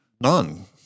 None